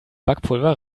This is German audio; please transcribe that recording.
backpulver